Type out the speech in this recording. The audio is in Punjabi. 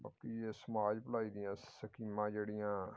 ਬਾਕੀ ਇਹ ਸਮਾਜ ਭਲਾਈ ਦੀਆਂ ਸਕੀਮਾਂ ਜਿਹੜੀਆਂ